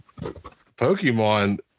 Pokemon